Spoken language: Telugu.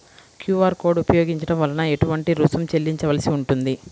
క్యూ.అర్ కోడ్ ఉపయోగించటం వలన ఏటువంటి రుసుం చెల్లించవలసి ఉంటుంది?